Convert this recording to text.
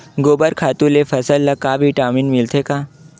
गोबर खातु ले फसल ल का विटामिन मिलथे का?